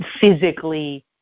physically